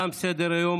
תם סדר-היום.